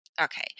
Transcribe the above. Okay